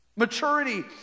maturity